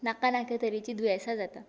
नाका नाका तरेचीं दुयेंसां जाता